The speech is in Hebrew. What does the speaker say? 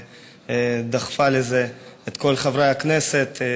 שדחפה לזה את כל חברי הכנסת.